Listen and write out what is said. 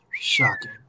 Shocking